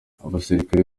abasirikare